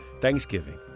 Thanksgiving